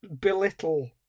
belittle